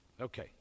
Okay